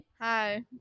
Hi